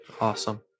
awesome